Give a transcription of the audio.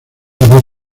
dos